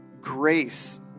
grace